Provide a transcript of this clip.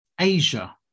Asia